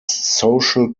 social